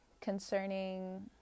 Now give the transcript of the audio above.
concerning